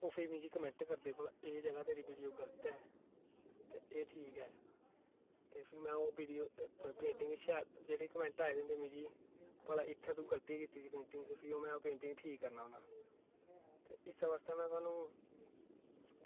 ते ओह् मिगी फ्ही कमैंट करदे भला कि एह् जेह्ड़ी थुआढ़ी वीडियो गलत ऐ ते एह् ठीक ऐ ते में फ्ही ओह् वीडियो जेह्ड़े कमैंट आये दे होंदे मिगी की भला तूं गलती कीती दी पेंटिंग च ते फ्ही ओह् गल्ती में ठीक करना होना ते इस्सै बास्तै में तुआनूं